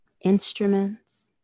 instruments